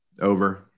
over